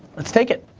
let's take it.